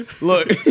Look